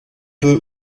peu